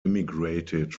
immigrated